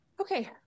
okay